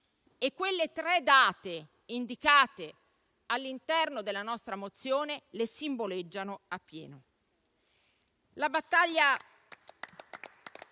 E quelle tre date indicate all'interno della nostra mozione li simboleggiano a pieno.